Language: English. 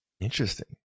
Interesting